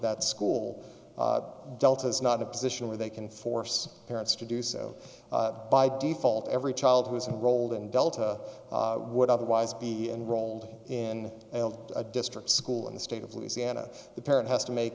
that school delta is not a position where they can force parents to do so by default every child who is in rolled in delta would otherwise be enrolled in a district school in the state of louisiana the parent has to make